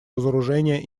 разоружения